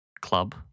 Club